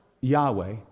Yahweh